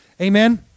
Amen